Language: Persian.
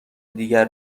دیگر